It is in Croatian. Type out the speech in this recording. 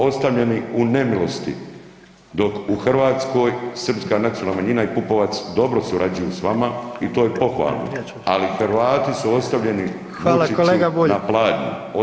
Ostavljeni u nemilosti, dok u Hrvatskoj srpska nacionalna manjina i Pupovac dobro surađuju s vama i to je pohvalno, ali Hrvati su ostavljeni Vučiću [[Upadica: Hvala kolega Bulj.]] na pladnju.